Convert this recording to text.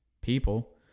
people